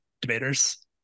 debaters